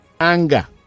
anger